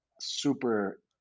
super